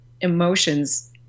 emotions